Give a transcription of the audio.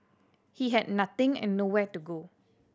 he had nothing and nowhere to go